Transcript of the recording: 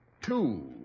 Two